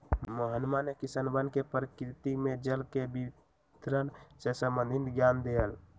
मोहनवा ने किसनवन के प्रकृति में जल के वितरण से संबंधित ज्ञान देलय